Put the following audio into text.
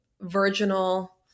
virginal